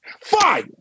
Fire